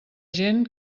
gent